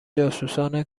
جاسوسان